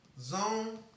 Zone